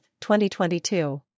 2022